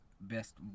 best